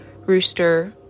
rooster